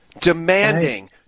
demanding